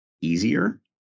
easier